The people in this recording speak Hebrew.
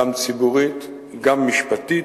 גם ציבורית וגם משפטית.